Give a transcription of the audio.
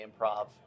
improv